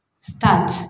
Start